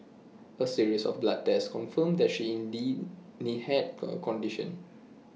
A series of blood tests confirmed that she indeed need had the condition